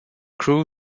crew